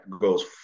goes